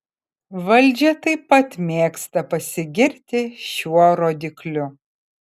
valdžia taip pat mėgsta pasigirti šiuo rodikliu